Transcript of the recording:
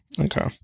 Okay